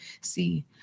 see